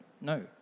No